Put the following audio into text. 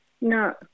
no